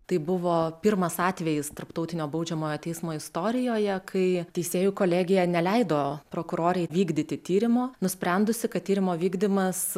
tai buvo pirmas atvejis tarptautinio baudžiamojo teismo istorijoje kai teisėjų kolegija neleido prokurorei vykdyti tyrimo nusprendusi kad tyrimo vykdymas